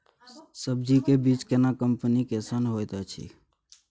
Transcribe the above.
सब्जी के बीज केना कंपनी कैसन होयत अछि?